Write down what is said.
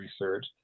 research